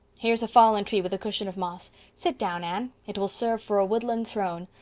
here's a fallen tree with a cushion of moss. sit down, anne it will serve for a woodland throne.